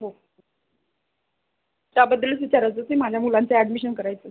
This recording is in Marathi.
हो त्याबद्दलच विचारायची होती माझ्या मुलांची ॲडमिशन करायची होती